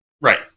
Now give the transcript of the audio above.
Right